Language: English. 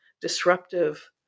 disruptive